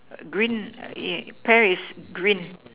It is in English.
green ya pear is green